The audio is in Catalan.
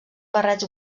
barrets